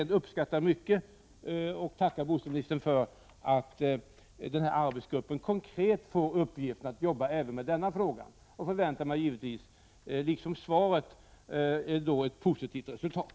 Jag uppskattar mycket, och här riktar jag ett tack till bostadsministern, att nämnda arbetsgrupp konkret får jobba även med denna fråga. Givetvis förväntar jag mig, i likhet med vad som sägs i svaret, ett positivt resultat.